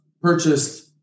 purchased